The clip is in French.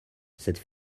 cette